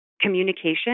Communication